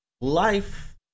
life